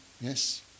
Yes